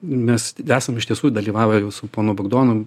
mes esam iš tiesų dalyvavę jau su ponu bagdonu